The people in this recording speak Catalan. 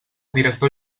director